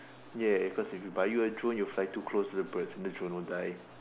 ya because if you buy you a drone you will fly too close to the birds and the drone will die